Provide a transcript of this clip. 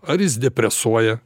ar jis depresuoja